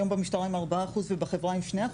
היום במשטרה הם 4% ובחברה הם 2%,